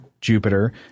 Jupiter